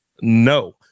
No